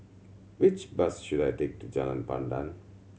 which bus should I take to Jalan Pandan